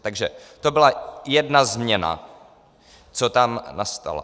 Takže to byla jedna změna, co tam nastala.